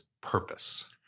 purpose